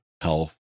health